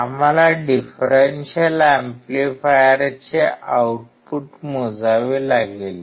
आम्हाला डिफरेन्शियल एम्पलीफायरचे आउटपुट मोजावे लागेल